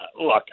Look